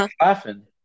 laughing